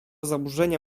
zaburzenia